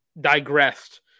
digressed